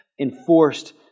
enforced